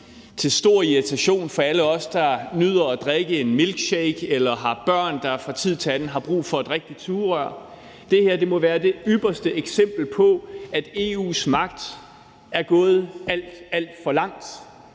til stor irritation for alle os, der nyder at drikke en milkshake eller har børn, der fra tid til anden har brug for at drikke med sugerør, stort set ikke kan opdrives nogen steder mere. Det her må være det ypperste eksempel på, at EU's magt er gået alt, alt for langt,